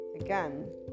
again